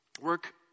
work